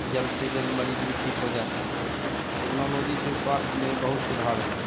जल्द से जल्द मरीज़ भी ठीक हो जाते हैं तो टेक्नोलोजी से स्वास्थ्य में बहुत सुधार है